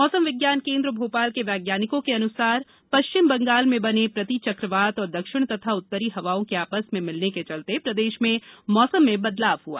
मौसम विज्ञान केन्द्र भोपाल के वैज्ञानिकों के अनुसार पश्चिम बंगाल में बने प्रति चक्रवात और दक्षिण तथा उत्तरी हवाओं के आपस में मिलने के चलते प्रदेश में मौसम में बदलाव हआ